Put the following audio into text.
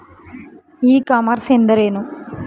E commerce ಎಂದರೇನು?